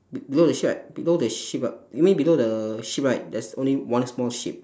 be~ below the sheep right below the sheep ah you mean below the sheep right there's only one small sheep